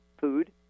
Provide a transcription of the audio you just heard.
food